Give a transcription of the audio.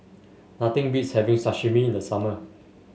nothing beats having Sashimi in the summer